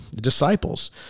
disciples